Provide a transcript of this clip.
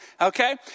okay